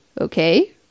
okay